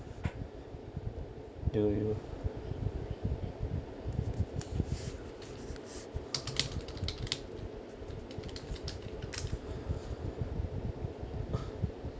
do you